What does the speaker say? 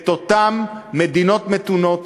את אותן מדינות מתונות,